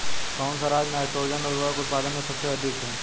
कौन सा राज नाइट्रोजन उर्वरक उत्पादन में सबसे अधिक है?